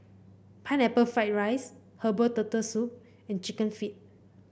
Pineapple Fried Rice Herbal Turtle Soup and chicken feet